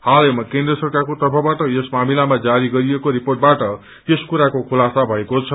हालैमा केन्द्र सरकारको तर्फबाट यस मामिलामा जारी गरिएको रिपोटबाट यस कुराको खुलासा भएको छ